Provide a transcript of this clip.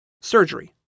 Surgery